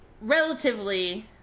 Relatively